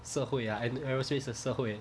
社会 ah and the aerospace 的社会